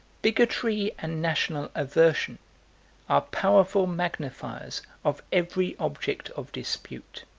bigotry and national aversion are powerful magnifiers of every object of dispute